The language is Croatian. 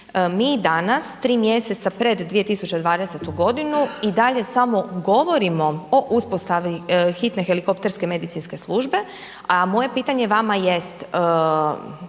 mi danas tri mjeseca pred 2020. godinu i dalje samo govorimo o uspostavi hitne helikopterske medicinske službe, a moje pitanje vama jest